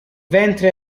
ventre